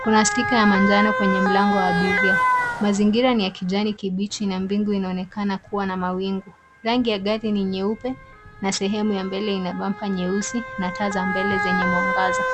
Kuna stika ya manjano kwenye mlango wa abiria. Mazingira ni ya kijani kibichi na mbingu inaonekana kuwa na mawingu. Rangi ya gari ni nyeupe na sehemu ya mbele ina bampa nyeusi na taa za mbele zenye mwangaza.